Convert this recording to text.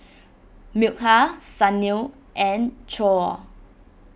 Milkha Sunil and Choor